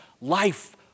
life